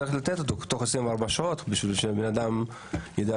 צריך לתת אותו תוך 24 שעות בשביל שהבן-אדם ידע.